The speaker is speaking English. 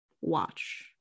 watch